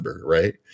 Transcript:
Right